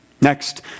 Next